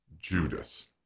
Judas